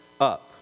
up